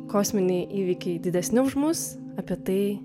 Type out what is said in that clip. kosminiai įvykiai didesni už mus apie tai